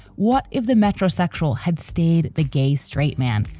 what if the metrosexual had stayed? the gay straight man.